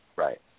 Right